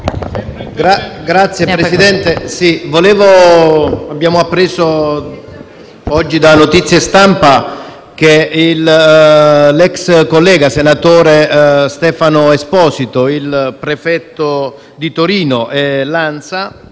Signor Presidente, abbiamo appreso oggi da notizie di stampa che l'ex collega senatore Stefano Esposito, il prefetto di Torino e il